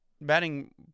batting